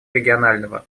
регионального